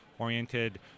oriented